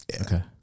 Okay